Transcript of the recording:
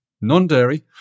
non-dairy